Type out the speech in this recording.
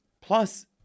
Plus